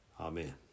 Amen